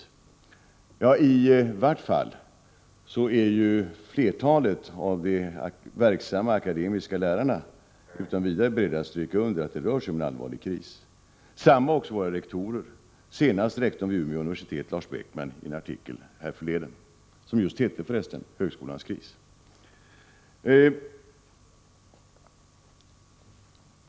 I varje fall är flertalet av de verksamma akademiska lärarna utan vidare beredda att stryka under att det rör sig om en allvarlig kris. Detsamma gäller våra rektorer, senast rektorn vid Umeå universitet, Lars Beckman, i en artikel härförleden, en artikel som förresten just hade rubriken Högskolans kris.